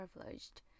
privileged